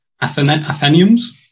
Athenians